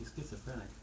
schizophrenic